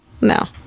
no